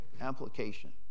application